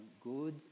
good